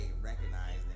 recognize